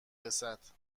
رسد